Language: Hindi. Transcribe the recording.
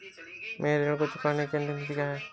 मेरे ऋण को चुकाने की अंतिम तिथि क्या है?